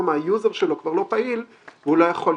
זה 82 (2) ל-PSD2 או לחוק אנגלי?